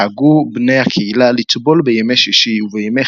נהגו בני הקהילה לטבול בימי שישי ובימי